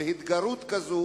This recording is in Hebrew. בהתגרות כזאת